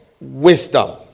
wisdom